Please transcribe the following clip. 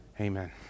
amen